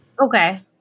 Okay